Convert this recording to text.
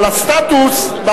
אבל הסטטוס,